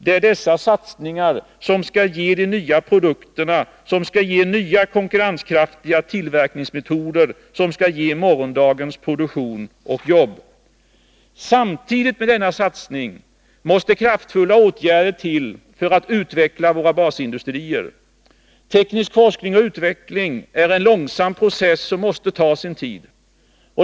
Det är sådana satsningar som skall ge de nya produkterna, som skall ge nya konkurrenskraftiga tillverkningsmetoder och som skall ge morgondagens jobb och produktion. Samtidigt med denna satsning måste kraftfulla åtgärder till för att utveckla våra basindustrier. Teknisk forskning och utveckling är en långsam process, som måste få ta sin tid.